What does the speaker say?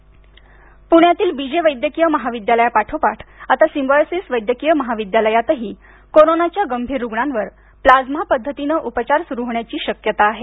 प्लाइमा पुण्यातील B J वैद्यकीय महाविद्यालयापाठोपाठ आता सिम्बायोसिस वैद्यकीय महाविद्यालयातही कोरोनाच्या गंभीर रुग्णांवर प्लाझ्मा पद्धतीनं उपचार सुरु होण्याची शक्यता आहे